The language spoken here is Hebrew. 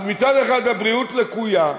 אז מצד אחד הבריאות לקויה,